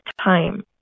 time